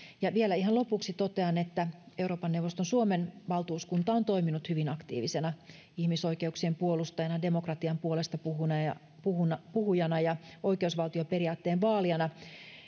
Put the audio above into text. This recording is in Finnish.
vielä ihan lopuksi totean että euroopan neuvoston suomen valtuuskunta on toiminut hyvin aktiivisena ihmisoikeuksien puolustajana demokratian puolestapuhujana ja ja oikeusvaltioperiaatteen vaalijana